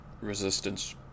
resistance